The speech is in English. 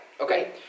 okay